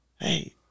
hey